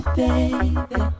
baby